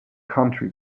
country